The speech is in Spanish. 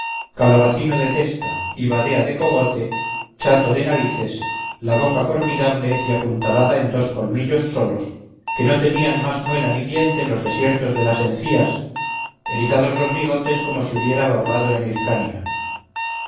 de testa y badea de cogote chato de narices la boca formidable y apuntalada en dos colmillos solos que no tenían más muela ni diente los desiertos de las encías erizados los bigotes como si hubiera barbado en